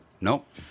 nope